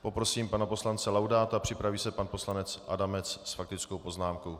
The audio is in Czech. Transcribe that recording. Poprosím pana poslance Laudáta, připraví se pan poslanec Adamec s faktickou poznámkou.